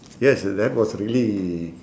yes that was really